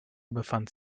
befand